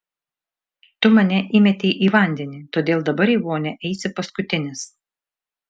tu mane įmetei į vandenį todėl dabar į vonią eisi paskutinis